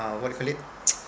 uh what you call it